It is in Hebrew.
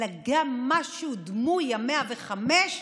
אלא גם משהו דמוי 105,